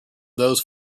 those